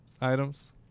items